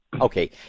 Okay